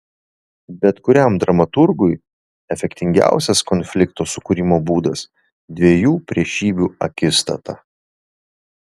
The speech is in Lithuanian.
bet kuriam dramaturgui efektingiausias konflikto sukūrimo būdas dviejų priešybių akistata